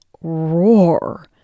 roar